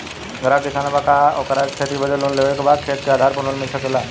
ग्राहक किसान बा ओकरा के खेती बदे लोन लेवे के बा खेत के आधार पर लोन मिल सके ला?